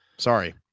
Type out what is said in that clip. Sorry